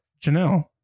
Janelle